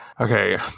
okay